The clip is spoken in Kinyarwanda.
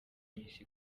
miss